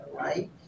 right